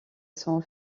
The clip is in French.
sont